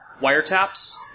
wiretaps